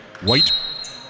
White